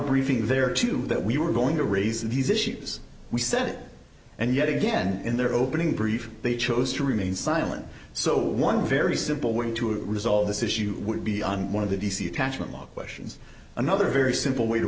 briefing there too that we were going to raise these issues we said it and yet again in their opening brief they chose to remain silent so one very simple way to resolve this issue would be on one of the d c attachment law questions another very simple way to